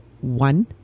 one